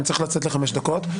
אני צריך לצאת לחמש דקות.